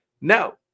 No